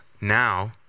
now